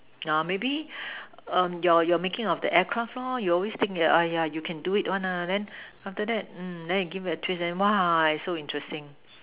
maybe your your making of the aircraft you always think that can do it one then after that mm give it a twist then !wow! it's so interesting